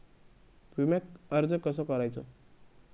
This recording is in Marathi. विम्याक अर्ज कसो करायचो?